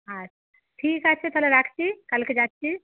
আচ্ছা ঠিক আছে তাহলে রাখছি কালকে যাচ্ছি